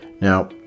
Now